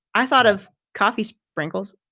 i thought of coffee sprinkles.